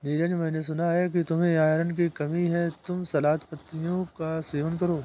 नीरज मैंने सुना कि तुम्हें आयरन की कमी है तुम सलाद पत्तियों का सेवन करो